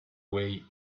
way